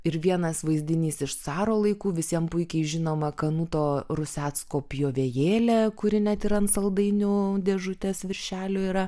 ir vienas vaizdinys iš caro laikų visiem puikiai žinoma kanuto rusecko pjovėjėlė kuri net ir ant saldainių dėžutės viršelio yra